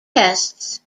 tests